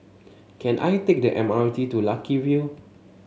can I take the M R T to Lucky View